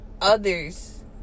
others